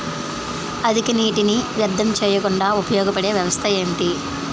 అధిక నీటినీ వ్యర్థం చేయకుండా ఉపయోగ పడే వ్యవస్థ ఏంటి